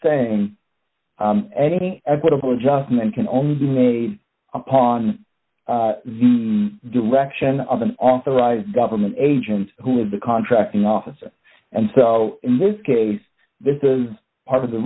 saying any equitable adjustment can only be made upon the direction of an authorized government agent who is the contracting officer and so in this case this is part of the